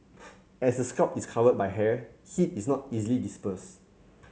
as the scalp is covered by hair heat is not easily dispersed